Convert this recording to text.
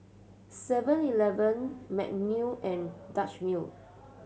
Seven Eleven Magnum and Dutch Mill